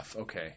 Okay